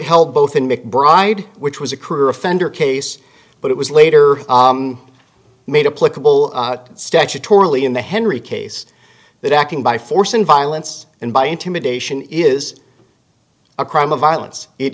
held both in mcbride which was a career offender case but it was later made a political statutorily in the henry case that acting by force and violence and by intimidation is a crime of violence it